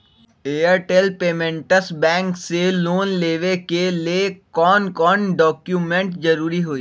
Airtel payments bank से loan लेवे के ले कौन कौन डॉक्यूमेंट जरुरी होइ?